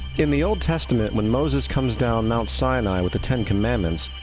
in the old testament when moses comes down mount sinai with the ten commandments,